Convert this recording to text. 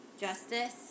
Justice